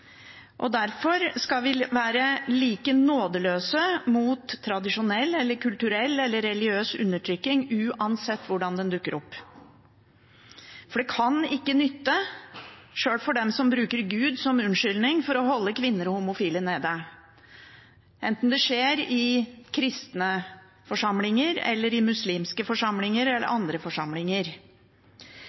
Og derfor skal vi være like nådeløse mot tradisjonell, kulturell eller religiøs undertrykking, uansett hvordan den dukker opp. For det kan ikke nytte, sjøl for den som bruker Gud som unnskyldning for å holde kvinner og homofile nede, enten det skjer i kristne forsamlinger, muslimske forsamlinger eller andre forsamlinger.